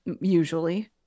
usually